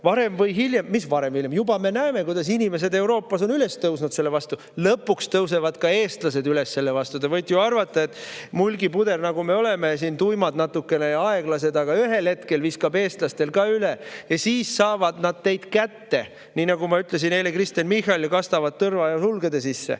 Varem või hiljem – või mis varem või hiljem, juba praegu – me näeme, kuidas inimesed Euroopas on üles tõusnud selle vastu. Lõpuks tõusevad ka eestlased üles selle vastu. Te võite ju arvata, et mulgipuder, nagu me oleme siin, natuke tuimad ja aeglased. Aga ühel hetkel viskab eestlastel ka üle ja siis saavad nad teid kätte. Siis nad, nii nagu ma ütlesin eile Kristen Michalile, kastavad teid tõrva ja sulgede sisse.